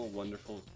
wonderful